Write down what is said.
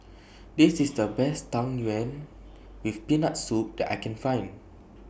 This IS The Best Tang Yuen with Peanut Soup that I Can Find